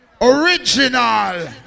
Original